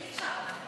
אי-אפשר.